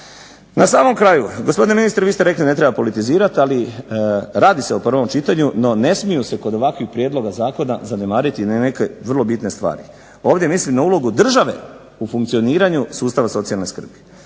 Na samom kraju, gospodine ministre vi ste rekli ne treba politizirati, ali radi se o prvom čitanju, no ne smiju se kod ovakvih prijedloga zakona zanemariti na neke vrlo bitne stvari. Ovdje mislim na ulogu države u funkcioniranju sustavu socijalne skrbi.